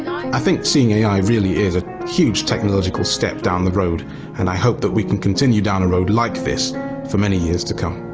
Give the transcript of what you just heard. i think seeing ai really is a huge technological step down the road and i hope that we can continue down a road like this for many years to come.